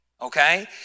Okay